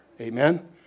Amen